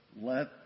Let